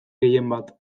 gehienbat